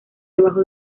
debajo